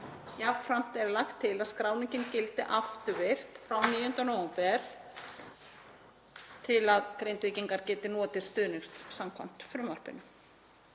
Jafnframt er lagt til að skráningin gildi afturvirkt frá 9. nóvember til að Grindvíkingar geti notið stuðnings samkvæmt frumvarpinu.